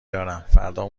دارم، فردا